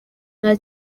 nta